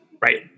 right